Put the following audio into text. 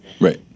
Right